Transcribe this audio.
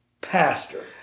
pastor